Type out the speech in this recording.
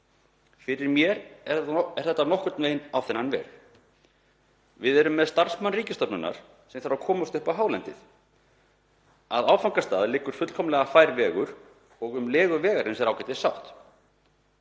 Fyrir mér er þetta nokkurn veginn á þennan veg: Við erum með starfsmann ríkisstofnunar sem þarf að komast upp á hálendið. Að áfangastað liggur fullkomlega fær vegur og um legu vegarins er ágætissátt.